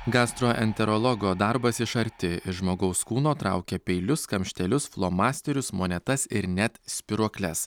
gastroenterologo darbas iš arti iš žmogaus kūno traukia peilius kamštelius flomasterius monetas ir net spyruokles